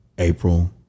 April